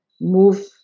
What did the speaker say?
move